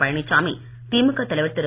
பழனிசாமி திமுக தலைவர் திரு